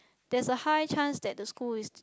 there is a high chance that the school is